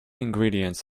ingredients